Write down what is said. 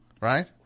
Right